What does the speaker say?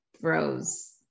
throws